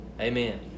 Amen